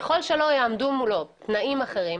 ככל שלא יעמדו מולה תנאים אחרים,